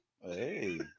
Hey